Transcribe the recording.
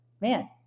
man